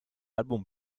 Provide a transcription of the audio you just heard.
album